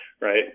right